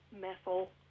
methyl